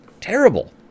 Terrible